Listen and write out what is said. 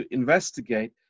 investigate